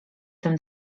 tym